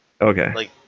Okay